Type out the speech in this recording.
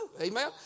Amen